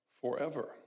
forever